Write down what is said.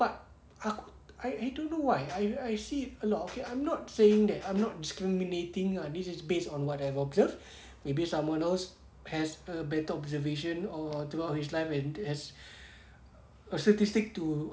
but aku I I don't know why I I see a lot of okay I'm not saying that I'm not discriminating ah this is based on I've observed maybe someone else has a better observation or throughout his life and as a statistic to